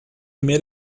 made